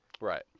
Right